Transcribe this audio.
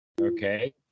okay